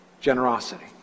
generosity